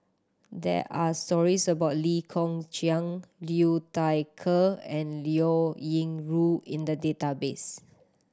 there are stories about Lee Kong Chian Liu Thai Ker and Liao Yingru in the database